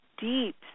deep